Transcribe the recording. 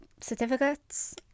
certificates